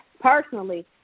personally